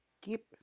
keep